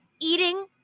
eating